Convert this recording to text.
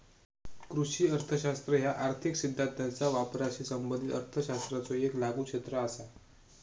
कृषी अर्थशास्त्र ह्या आर्थिक सिद्धांताचा वापराशी संबंधित अर्थशास्त्राचो येक लागू क्षेत्र असा